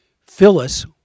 Phyllis